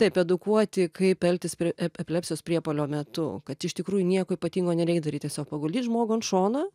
taip edukuoti kaip elgtis prie ep eplepsijos priepuolio metu kad iš tikrųjų nieko ypatingo nereik daryt tiesiog paguldyt žmogų ant šono